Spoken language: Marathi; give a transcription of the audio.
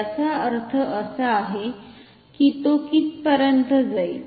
याचा अर्थ असा आहे की तो कितपर्यंत जाईल